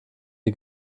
die